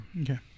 Okay